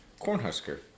cornhusker